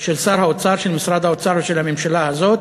של שר האוצר, של משרד האוצר ושל הממשלה הזאת,